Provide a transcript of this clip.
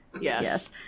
Yes